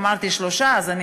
אמרתי שלושה, אז אני